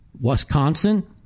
Wisconsin